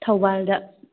ꯊꯧꯕꯥꯜꯗ